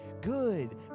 Good